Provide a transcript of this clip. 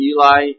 Eli